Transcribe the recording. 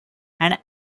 and